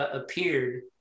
appeared